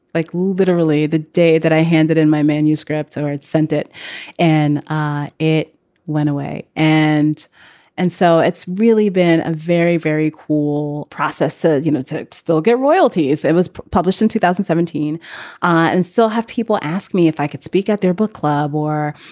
like literally the day that i handed in my manuscript or had sent it and ah it went away. and and so it's really been a very, very cool process to, you know, to still get royalties. it was published in two thousand and seventeen and still have people ask me if i could speak at their book club or,